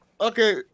Okay